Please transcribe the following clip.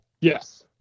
Yes